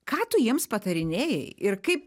ką tu jiems patarinėjai ir kaip